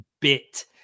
bit